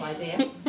idea